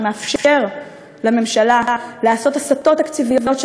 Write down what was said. שמאפשר לממשלה לעשות הסטות תקציביות של